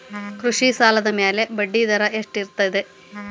ಕೃಷಿ ಸಾಲದ ಮ್ಯಾಲೆ ಬಡ್ಡಿದರಾ ಎಷ್ಟ ಇರ್ತದ?